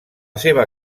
seva